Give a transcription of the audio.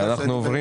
רוויזיה.